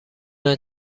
است